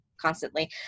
constantly